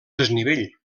desnivell